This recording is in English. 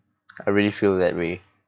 I really feel that way